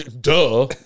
Duh